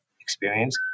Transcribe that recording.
experience